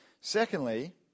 Secondly